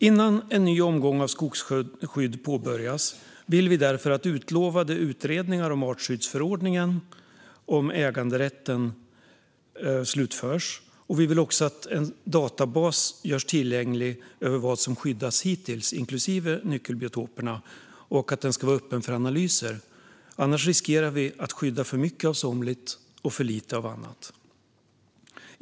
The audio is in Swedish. Innan en ny omgång av skogsskydd påbörjas vill vi därför att utlovade utredningar om artskyddsförordningen om äganderätten slutförs, och vi vill också att en databas görs tillgänglig över vad som har skyddats hittills, inklusive nyckelbiotoperna. Den ska vara öppen för analyser. Annars riskerar den att skydda för mycket av somligt och för lite av annat.